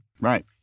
Right